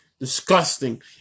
Disgusting